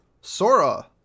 sora